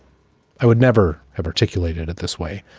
i would never have articulated it this way,